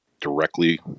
directly